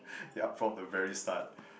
yup from the very start